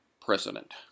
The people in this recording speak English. President